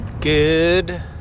good